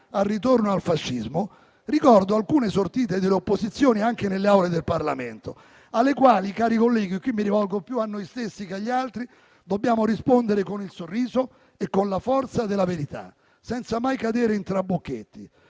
al ritorno al fascismo, ricordo alcune sortite delle opposizioni anche nelle Aule del Parlamento, alle quali - cari colleghi, qui mi rivolgo più a noi stessi che agli altri - dobbiamo rispondere con il sorriso e con la forza della verità, senza mai cadere in trabocchetti,